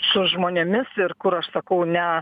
su žmonėmis ir kur aš sakau ne